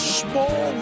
small